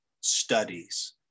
studies